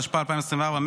התשפ"ה 2024,